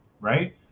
right